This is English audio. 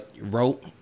wrote